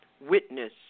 witness